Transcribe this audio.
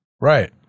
Right